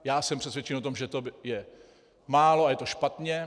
Já jsem přesvědčen o tom, že to je málo a je to špatně.